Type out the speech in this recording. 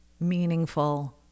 meaningful